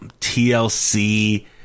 TLC